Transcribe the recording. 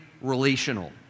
relational